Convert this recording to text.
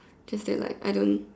just that like I don't